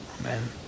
Amen